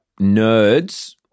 nerds